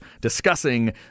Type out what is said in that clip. discussing